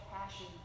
passion